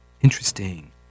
Interesting